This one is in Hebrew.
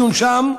לבדואים שם,